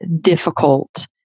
difficult